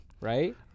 right